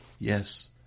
yes